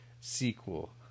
sequel